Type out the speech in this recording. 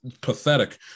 pathetic